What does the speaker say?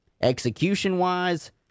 Execution-wise